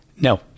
No